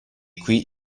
qui